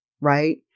right